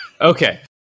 okay